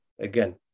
Again